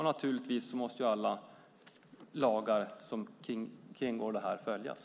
Naturligtvis måste alla lagar som kringgärdar detta följas.